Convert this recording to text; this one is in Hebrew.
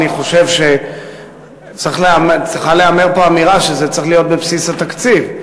אני חושב שצריכה להיאמר פה אמירה שזה צריך להיות בבסיס התקציב,